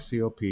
COP